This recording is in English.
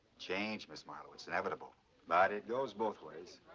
change, miss marlow, it's inevitable but it goes both ways.